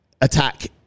attack